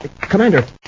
Commander